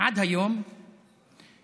ועד היום נהרגו-נרצחו